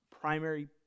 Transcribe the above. primary